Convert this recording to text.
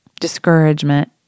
discouragement